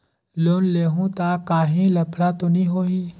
Loan लेहूं ता काहीं लफड़ा तो नी होहि?